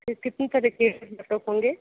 किस किस्म के लैपटॉप होंगे